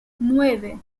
nueve